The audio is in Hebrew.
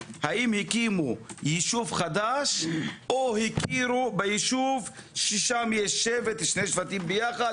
האם יקימו ישוב חדש או יכירו ששם יש שבט או שניים יחד,